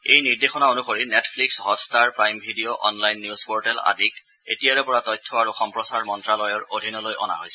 এই নিৰ্দেশনা অনুসৰি Netflix Hotstar Prime Video online news portal আদিক এতিয়াৰে পৰা তথ্য আৰু সম্প্ৰচাৰ মন্ত্যালয়ৰ অধীনলৈ অনা হৈছে